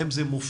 האם זה מופיע,